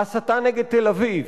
ההסתה נגד תל-אביב,